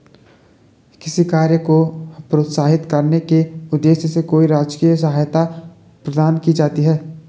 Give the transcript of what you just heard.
किसी कार्य को प्रोत्साहित करने के उद्देश्य से कोई राजकीय सहायता प्रदान की जाती है